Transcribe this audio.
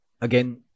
Again